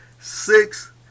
six